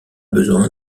besoin